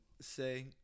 say